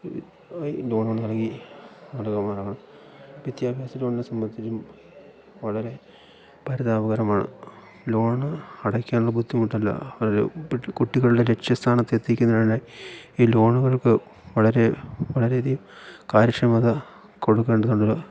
ആയി ലോണ് നൽകി നാടകമാണവ വിദ്യാഭ്യാസ ലോണിനെ സംബന്ധിച്ചും വളരെ പരിതാപകരമാണ് ലോണ് അടയ്ക്കാനുള്ള ബുദ്ധിമുട്ടല്ല അതൊരു പക്ഷേ കുട്ടികളുടെ ലക്ഷ്യസ്ഥാനത്തെത്തിക്കുന്നതിന് ആയി ഈ ലോണുകൾക്ക് വളരെ വളരെയധികം കാര്യക്ഷമത കൊടുക്കേണ്ടതുണ്ട്